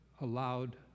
allowed